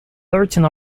thirteen